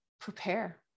prepare